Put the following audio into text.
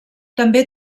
també